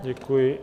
Děkuji.